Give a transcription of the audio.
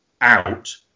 out